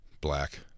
Black